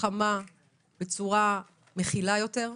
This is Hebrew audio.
חמה ומכילה יותר.